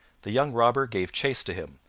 the young robber gave chase to him,